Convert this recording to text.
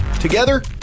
Together